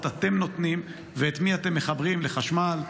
אתם נותנים ואת מי אתם מחברים לחשמל,